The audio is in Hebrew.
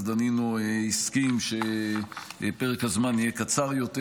דנינו הסכים שפרק הזמן יהיה קצר יותר.